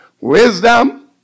Wisdom